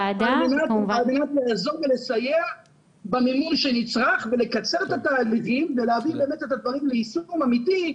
לעזור ולסייע במימון שנצרך ולהביא את הדברים ליישום אמיתי,